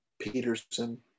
Peterson